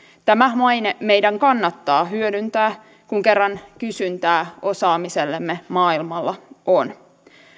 tämä maine meidän kannattaa hyödyntää kun kerran kysyntää osaamisellemme maailmalla on